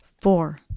four